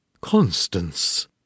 Constance